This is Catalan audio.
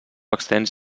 extens